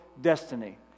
destiny